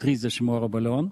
trisdešim oro balion